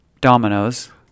Dominoes